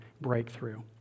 breakthrough